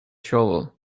shovel